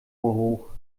hoch